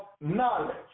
knowledge